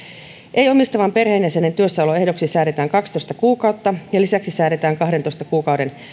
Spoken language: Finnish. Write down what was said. ei omistavan perheenjäsenen työssäoloehdoksi säädetään kaksitoista kuukautta ja lisäksi säädetään kahdentoista kuukauden